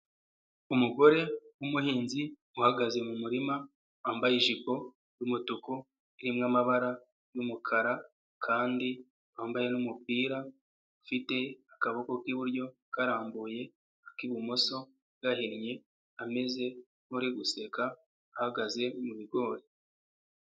umugore w'umuhinzi uhagaze mu murima wambaye ijipo y'umutuku, irimo amabara y'umukara kandi wambaye n'umupira, ufite akaboko k'iburyo akarambuye ak'ibumoso gahinnye, ameze nk'uri guseka ahagaze mu bigori.